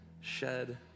shed